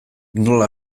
nola